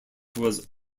was